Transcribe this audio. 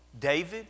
David